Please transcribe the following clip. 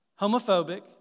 Homophobic